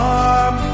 arm